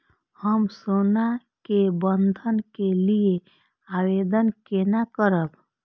हम सोना के बंधन के लियै आवेदन केना करब?